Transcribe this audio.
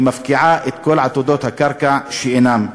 היא מפקיעה את כל עתודות הקרקע שאינן.